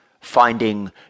finding